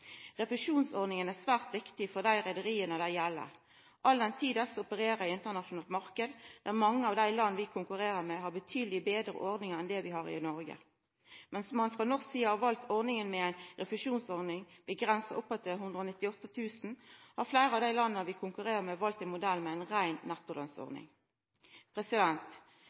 Refusjonsordninga er svært viktig for dei reiarlaga dette gjeld, all den tid desse opererer i ein internasjonal marknad der mange av dei landa vi konkurrerer med, har betydeleg betre ordningar enn det vi har i Noreg. Mens ein frå norsk side har valt ei refusjonsordning avgrensa opp til 198 000 kr, har fleire av dei landa vi konkurrerer med, valt ein modell med ei rein nettolønnsordning.